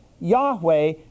Yahweh